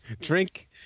Drink